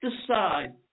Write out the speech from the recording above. decide